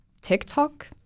TikTok